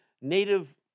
native